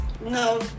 no